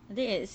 I think is